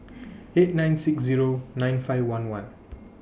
eight nine six Zero nine five one one